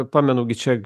pamenu gi čia